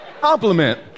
compliment